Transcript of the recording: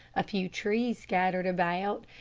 a few trees scattered about,